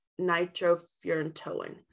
nitrofurantoin